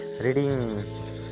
reading